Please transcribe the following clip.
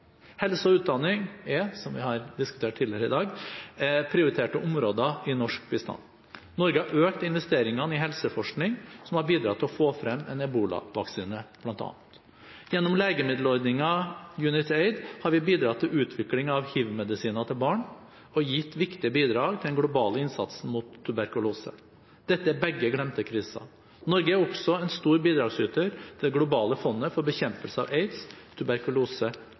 Helse og utdanning er, som vi har diskutert tidligere i dag, prioriterte områder i norsk bistand. Norge har økt investeringene i helseforskning, som har bidratt til å få frem en ebolavaksine bl.a. Gjennom legemiddelordningen UNITAID har vi bidratt til utvikling av hivmedisiner til barn og gitt viktige bidrag til den globale innsatsen mot tuberkulose. Dette er begge glemte kriser. Norge er også en stor bidragsyter til Det globale fondet for bekjempelse av aids, tuberkulose